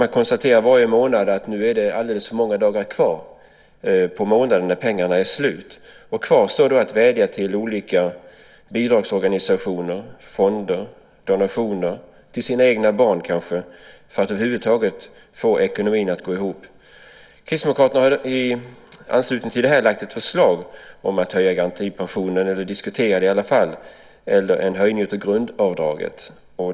De konstaterar varje månad när pengarna är slut att det är alldeles för många dagar kvar den månaden. Kvar står då att vädja till olika bidragsorganisationer, fonder, donationer och kanske till sina egna barn för att över huvud taget få ekonomin att gå ihop. Kristdemokraterna har i anslutning till detta lagt fram ett förslag om att höja garantipensionen, eller att åtminstone diskutera det, eller att höja grundavdraget.